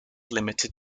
limited